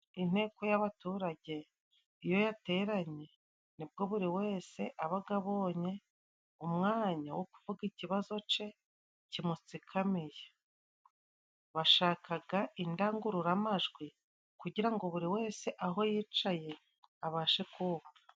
Inteko y'abaturage iyo yateranye nibwo buri wese abaga abonye umwanya wo kuvuga ikibazo ce kimutsikamiye. Bashakaga indangururamajwi kugira ngo buri wese aho yicaye abashe kumva.